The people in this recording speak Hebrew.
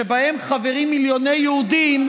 שבהם חברים מיליוני יהודים,